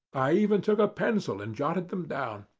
i even took a pencil and jotted them down.